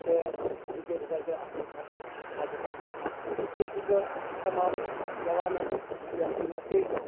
تہٕ with the result اَتھ منٛز چھُ ہیٚکان ہاٹ اٹیک گٔژِتھ اس لیے چھُس بہٕ تمام جوانن یہِ ہسا یہِ میٚسیچ